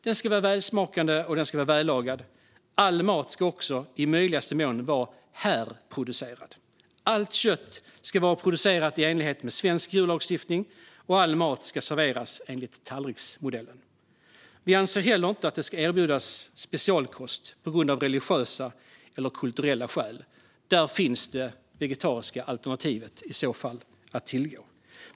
Den ska vara välsmakande, och den ska vara vällagad. All mat ska i möjligaste mån vara härproducerad. Allt kött ska vara producerat i enlighet med svensk djurlagstiftning, och all mat ska serveras enligt tallriksmodellen. Vi anser inte att det ska erbjudas specialkost av religiösa eller kulturella skäl. Där finns det vegetariska alternativet att tillgå.